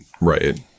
right